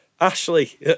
Ashley